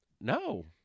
No